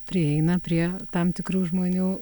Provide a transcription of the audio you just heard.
prieina prie tam tikrų žmonių